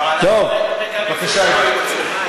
אנחנו מקווים שזה לא יקרה.